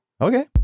Okay